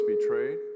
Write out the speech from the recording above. betrayed